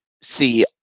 see